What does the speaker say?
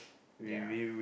yeah